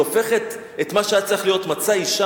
שהופכת את מה שהיה צריך להיות "מצא אשה